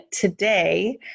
today